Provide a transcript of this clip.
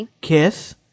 Kiss